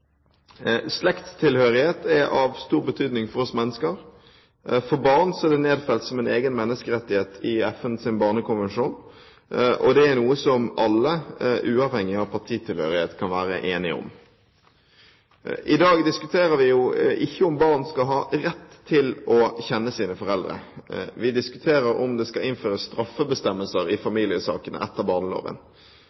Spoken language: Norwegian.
Slektstilhørighet er av stor betydning for oss mennesker. For barn er det nedfelt som en egen menneskerettighet i FNs barnekonvensjon. Det er noe som alle, uavhengig av partitilhørighet, kan være enige om. I dag diskuterer vi jo ikke om barn skal ha rett til å kjenne sine foreldre. Vi diskuterer om det skal innføres straffebestemmelser i